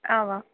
اَوا